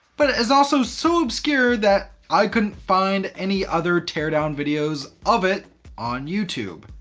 but is also so obscure that i couldn't find any other teardown videos of it on youtube!